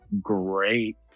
Great